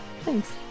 thanks